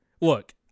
Look